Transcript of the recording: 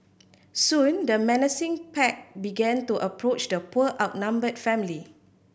soon the menacing pack began to approach the poor outnumbered family